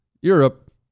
Europe